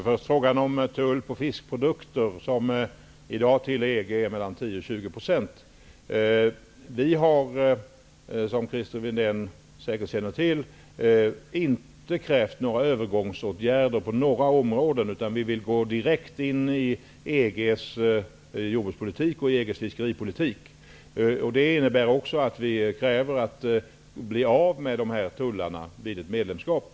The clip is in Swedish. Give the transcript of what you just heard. Herr talman! Tullen på export av fiskprodukter till EG är i dag mellan 10 och 20 %. Vi har inte krävt några övergångsåtgärder på några områden, vilket Christer Windén säkert känner till. Vi vill gå direkt in i EG:s jordbruks och fiskeripolitik. Det innebär också att vi kräver att tullarna skall försvinna vid ett medlemskap.